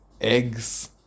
eggs